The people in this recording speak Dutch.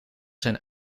zijn